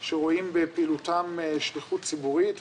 שרואים בפעילותם שליחות ציבורית,